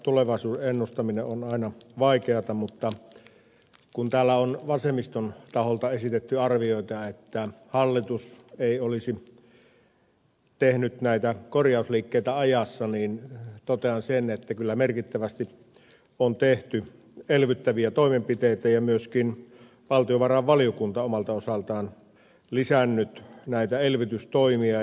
tulevaisuuden ennustaminen on aina vaikeata mutta kun täällä on vasemmiston taholta esitetty arvioita että hallitus ei olisi tehnyt näitä korjausliikkeitä ajassa niin totean sen että kyllä merkittävästi on tehty elvyttäviä toimenpiteitä ja myöskin valtiovarainvaliokunta omalta osaltaan lisännyt näitä elvytystoimia